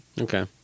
Okay